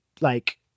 like-